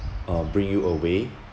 uh bring you away